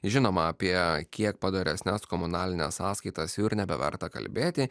žinoma apie kiek padoresnes komunalines sąskaitas jau ir nebeverta kalbėti